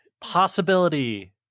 possibility